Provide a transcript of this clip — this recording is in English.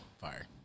Fire